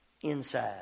Inside